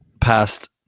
past